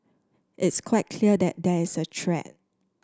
it's quite clear that there is a threat